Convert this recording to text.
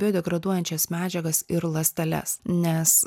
biodegraduojančias medžiagas ir ląsteles nes